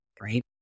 right